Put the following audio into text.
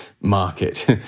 market